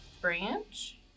branch